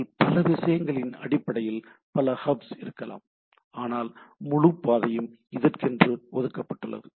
இதில் பல விஷயங்களின் அடிப்படையில் பல ஹாப்ஸ் இருக்கலாம் ஆனால் முழு பாதையும் இதற்கென்று ஒதுக்கப்பட்டுள்ளது